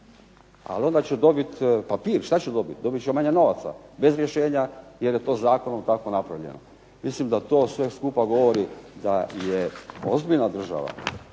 ali onda će dobit papir, šta će dobit. Dobit će manje novaca bez rješenja jer je to zakonom tako napravljeno. Mislim da to sve skupa govori da je ozbiljna država,